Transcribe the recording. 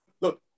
look